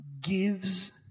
gives